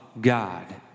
God